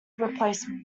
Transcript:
replacement